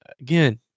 again